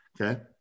Okay